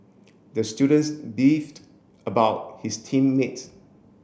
the students beefed about his team mates